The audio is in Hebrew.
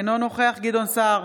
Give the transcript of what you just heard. אינו נוכח גדעון סער,